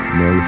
no